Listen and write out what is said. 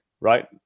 right